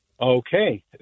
Okay